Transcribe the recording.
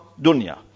dunya